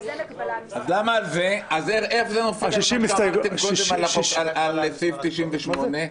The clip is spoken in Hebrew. --- קודם על סעיף 98?